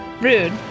Rude